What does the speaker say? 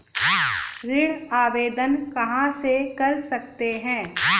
ऋण आवेदन कहां से कर सकते हैं?